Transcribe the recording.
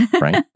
right